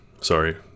Sorry